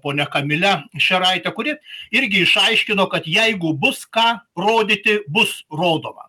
ponia kamile šeraite kuri irgi išaiškino kad jeigu bus ką rodyti bus rodoma